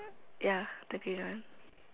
ya the green one